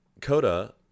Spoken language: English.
coda